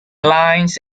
lines